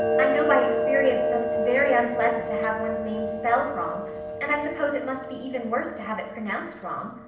i know by experience that it's very unpleasant to have one's name spelled wrong and i suppose it must be even worse to have it pronounced wrong.